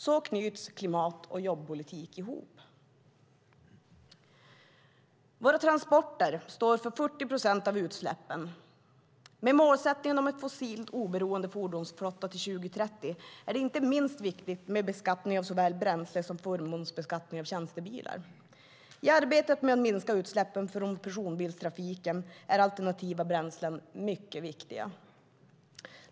Så knyts klimat och jobbpolitik ihop. Våra transporter står för 40 procent av utsläppen. Med målsättningen om en fossiloberoende fordonsflotta till 2030 är det inte minst viktigt med beskattning av såväl bränsle som förmånsbeskattning av tjänstebilar. I arbetet med att minska utsläppen från personbilstrafiken är alternativa bränslen mycket viktiga.